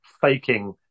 faking